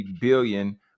billion